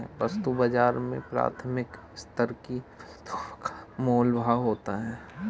वस्तु बाजार में प्राथमिक स्तर की वस्तुओं का मोल भाव होता है